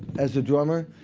as a drummer.